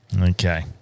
Okay